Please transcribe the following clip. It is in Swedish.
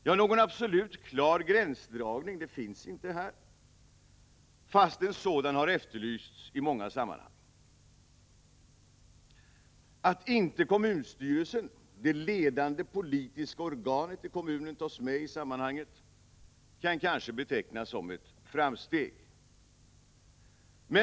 Ja, någon absolut klar gränsdragning finns inte här, fast en sådan har efterlysts i många sammanhang. Att inte kommunstyrelsen, det ledande politiska organet i kommunen, tas med i sammanhanget kan kanske betecknas som ett framsteg.